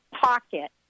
pocket